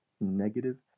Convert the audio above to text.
negative